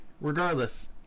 Regardless